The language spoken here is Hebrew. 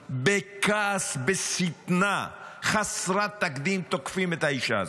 בכעס, בשטנה חסרת תקדים, תוקפים את האישה הזאת,